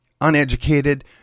uneducated